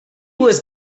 was